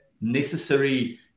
necessary